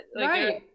Right